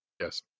Yes